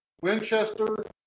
Winchester